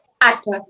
Actor